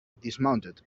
dismounted